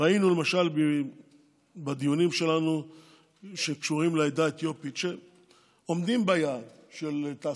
ראינו למשל בדיונים שלנו שקשורים לעדה האתיופית שעומדים ביעד של תעסוקה,